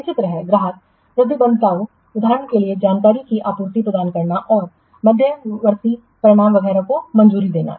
इसी तरह ग्राहक प्रतिबद्धताओं उदाहरण के लिए जानकारी की आपूर्ति प्रदान करना और मध्यवर्ती परिणाम वगैरह को मंजूरी देना